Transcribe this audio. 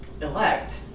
elect